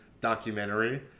documentary